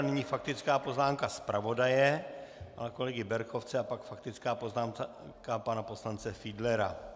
Nyní faktická poznámka zpravodaje pana kolegy Berkovce a pak faktická poznámka pana poslance Fiedlera.